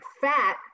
fat